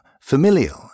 familial